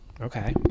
Okay